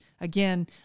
again